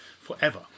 forever